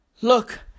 Look